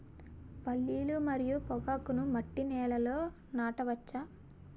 పల్లీలు మరియు పొగాకును మట్టి నేలల్లో నాట వచ్చా?